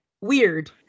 weird